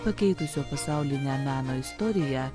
pakeitusio pasaulinę meno istoriją